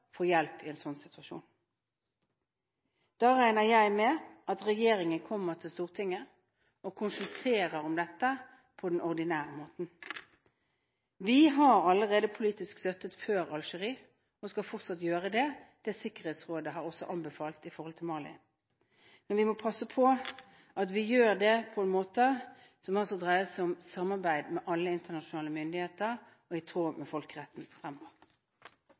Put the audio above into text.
hjelp. Da regner jeg med at regjeringen kommer til Stortinget og konsulterer om dette på den ordinære måten. Vi har allerede politisk støttet – før Algerie – og skal fortsatt støtte det Sikkerhetsrådet også har anbefalt når det gjelder Mali. Men vi må passe på at vi gjør det på en måte som dreier seg om samarbeid med alle internasjonale myndigheter og i tråd med folkeretten fremover.